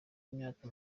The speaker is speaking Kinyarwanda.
imyaka